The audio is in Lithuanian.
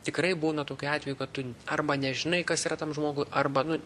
tikrai būna tokių atvejų kad tu arba nežinai kas yra tam žmogui arba nu